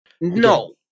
No